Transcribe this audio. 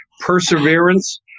Perseverance